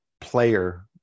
player